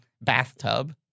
bathtub